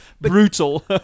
Brutal